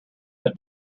had